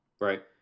Right